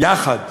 יחד,